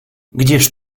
gdzież